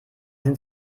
sind